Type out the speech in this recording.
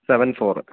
seven four